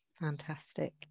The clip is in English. Fantastic